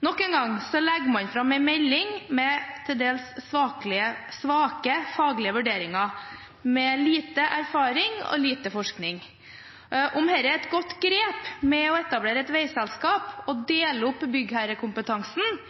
Nok en gang legger man fram en melding med til dels svake faglige vurderinger, med lite erfaring og lite forskning. Om dette er et godt grep, å etablere et veiselskap og dele opp byggherrekompetansen,